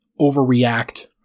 overreact